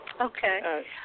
Okay